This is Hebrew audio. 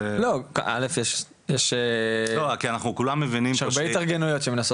יש הרבה התארגנויות,